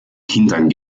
kindern